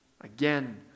Again